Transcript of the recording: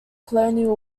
colonial